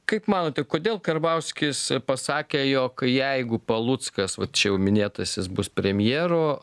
kaip manote kodėl karbauskis pasakė jog jeigu paluckasvat čia jau minėtasis bus premjeru